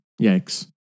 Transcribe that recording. Yikes